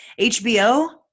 HBO